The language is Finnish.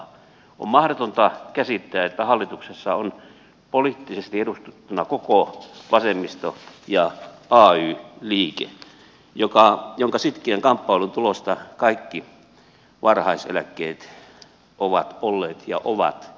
on mahdotonta käsittää että hallituksessa on poliittisesti edustettuna koko vasemmisto ja ay liike jonka sitkeän kamppailun tulosta kaikki varhaiseläkkeet ovat olleet ja ovat